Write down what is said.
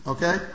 Okay